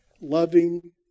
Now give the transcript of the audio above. loving